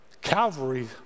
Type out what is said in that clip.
Calvary